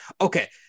Okay